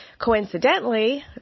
coincidentally